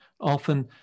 Often